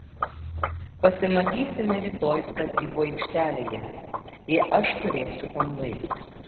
pasimatysime rytoj statybų aikštelėje jei aš turėsiu tam laiko